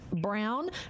Brown